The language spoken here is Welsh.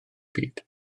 byd